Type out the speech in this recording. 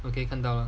okay 看到了